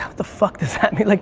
the fuck does that mean? like